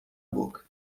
boca